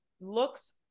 looks